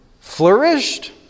flourished